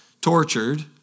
tortured